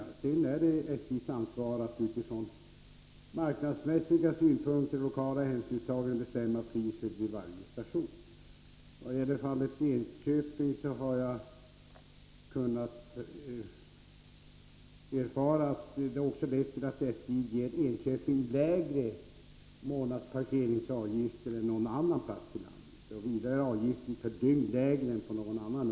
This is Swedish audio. Sedan är det SJ:s ansvar att utifrån marknadsmässiga synpunkter och lokala hänsynstaganden bestämma priset vid varje station. När det gäller Enköping har jag erfarit att SJ där har lägre månadsparkeringsavgifter och dygnsavgifter än på någon annan ort i Storstockholmsregionen.